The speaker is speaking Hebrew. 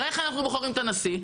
הרי איך אנחנו בוחרים את הנשיא?